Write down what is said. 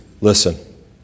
listen